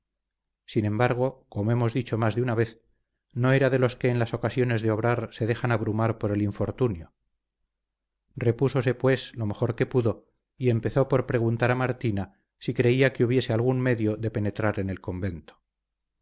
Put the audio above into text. sin embargo como hemos dicho más de una vez no era de los que en las ocasiones de obrar se dejan abrumar por el infortunio repúsose pues lo mejor que pudo y empezó por preguntar a martina si creía que hubiese algún medio de penetrar en el convento